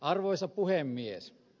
arvoisa puhemies